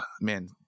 man